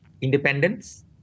Independence